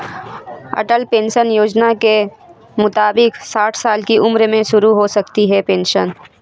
अटल pension योजना के मुताबिक साठ साल की उम्र में शुरू हो सकती है पेंशन